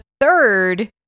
third